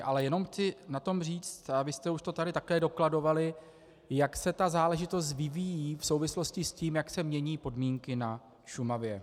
Ale jenom chci na tom říct, a vy jste už to tady také dokladovali, jak se ta záležitost vyvíjí v souvislosti s tím, jak se mění podmínky na Šumavě.